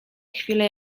chwilę